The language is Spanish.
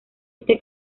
este